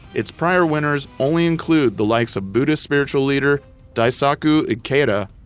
its prior winners only include the likes of buddhist spiritual leader daisaku ikeda,